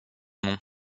nom